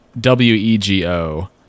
w-e-g-o